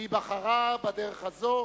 והיא בחרה בדרך הזאת